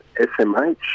SMH